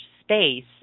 space